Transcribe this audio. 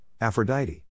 Aphrodite